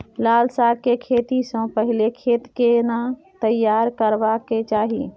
लाल साग के खेती स पहिले खेत केना तैयार करबा के चाही?